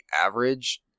average